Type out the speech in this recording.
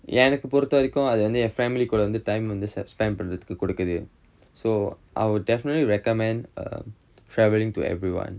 எனக்கு பொறுத்த வரைக்கும் அது வந்து என்:enakku porutha varaikkum athu vanthu en family கூட வந்து:kooda vanthu time வந்து:vanthu பன்றதுக்கு கொடுக்குது:pandrathukku kodukkuthu so I would definitely recommend err travelling to everyone